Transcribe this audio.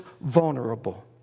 vulnerable